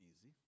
easy